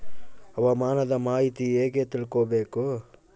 ಹವಾಮಾನದ ಮಾಹಿತಿ ಹೇಗೆ ತಿಳಕೊಬೇಕು?